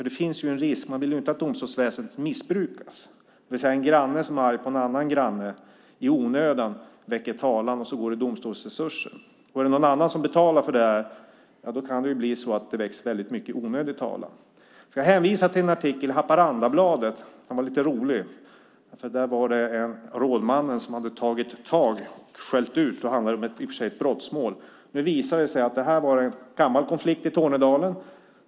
Det finns ju en risk att domstolsväsendet missbrukas. Man vill inte att en granne som är arg på en annan granne väcker talan i onödan så att det går åt domstolsresurser. Om någon annan betalar för detta kan det bli så att det väcks väldigt mycket onödig talan. Jag kan hänvisa till en artikel i Haparandabladet. Den var lite rolig. Det handlade om en rådman. Det var någon som hade tagit tag i och skällt ut någon. Det handlade i och för sig om ett brottmål. Det visade sig att detta var en gammal konflikt i Tornedalen.